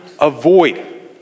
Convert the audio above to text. avoid